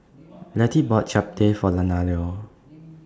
Lettie bought Japchae For Leonardo